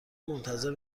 منتظر